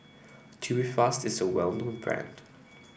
Tubifast is a well known brand